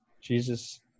Jesus